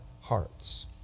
hearts